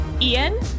Ian